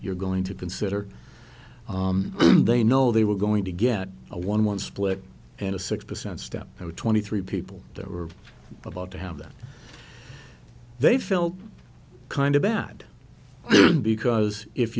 you're going to consider they know they were going to get a one one split and a six percent step or twenty three people they were about to have that they felt kind of bad because if